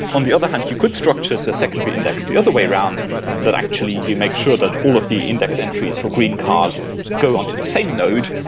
on the other hand you could structure the secondary index the other way around that actually you make sure that all of the index entries for green cars go on to the same node,